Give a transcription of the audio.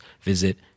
visit